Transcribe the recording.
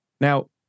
now